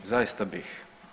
Zaista bih.